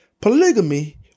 polygamy